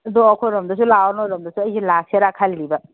ꯑꯗꯣ ꯑꯩꯈꯣꯏꯔꯣꯝꯗꯁꯨ ꯂꯥꯛꯑꯣ ꯅꯣꯏꯔꯣꯝꯗꯁꯨ ꯑꯩꯁꯤ ꯂꯥꯛꯁꯤꯔ ꯈꯜꯂꯤꯕ